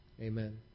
amen